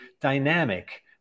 dynamic